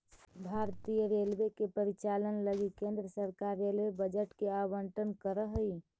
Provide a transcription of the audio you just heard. भारतीय रेलवे के परिचालन लगी केंद्र सरकार रेलवे बजट के आवंटन करऽ हई